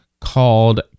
called